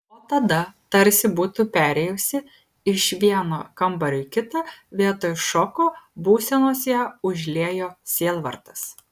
o tada tarsi būtų perėjusi iš vieno kambario į kitą vietoj šoko būsenos ją užliejo sielvartas